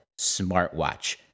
smartwatch